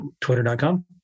twitter.com